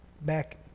back